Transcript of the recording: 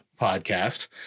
podcast